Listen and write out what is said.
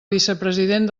vicepresident